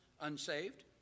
unsaved